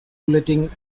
bulletin